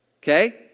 okay